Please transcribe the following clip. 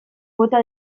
bota